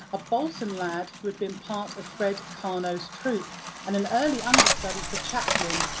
a bolton lad who had been part of fred karno's troupe and an early understudy for chaplin,